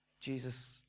Jesus